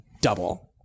double